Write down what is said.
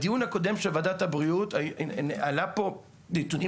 בדיון הקודם של ועדת הבריאות עלה פה נתונים